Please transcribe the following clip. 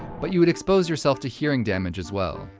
but you would expose yourself to hearing damage as well.